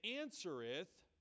answereth